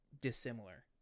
dissimilar